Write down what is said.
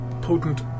potent